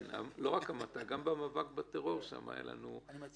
לא רק המתה, גם במאבק בטרור היו לנו דרגות.